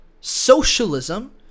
socialism